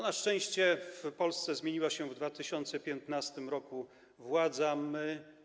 Na szczęście w Polsce zmieniła się w 2015 r. władza.